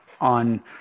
on